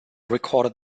recorded